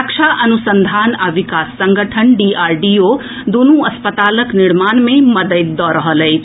रक्षा अनुसंधान आ विकास संगठन डीआरडीओ दूनु अस्पतालक निर्माण मे मददि दऽ रहल अछि